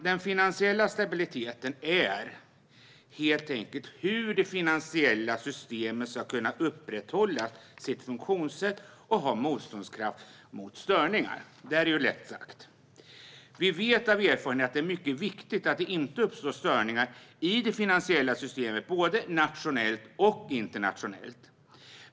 Den finansiella stabiliteteten handlar helt enkelt om hur det finansiella systemet ska kunna upprätthålla sitt funktionssätt och ha motståndskraft mot störningar. Det är lätt sagt. Vi vet av erfarenhet att det är mycket viktigt att det inte uppstår störningar i det finansiella systemet vare sig nationellt eller internationellt.